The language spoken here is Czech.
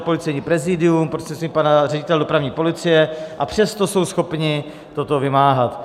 Policejní prezidium prostřednictvím pana ředitele dopravní policie, a přesto jsou schopni toto vymáhat.